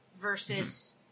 versus